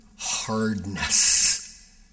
Hardness